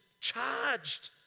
charged